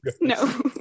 no